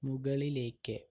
മുകളിലേക്ക്